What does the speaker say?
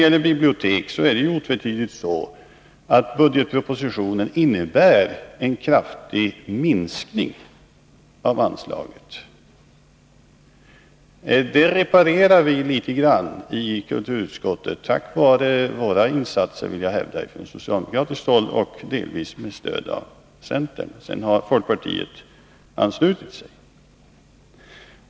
För biblioteken innebär budgetpropositionen otvetydigt en kraftig minskning av anslaget. Det reparerar vi litet grand i kulturutskottet tack vare insatser, vill jag hävda, från socialdemokratiskt håll och delvis med stöd av centern — sedan har folkpartiet anslutit sig.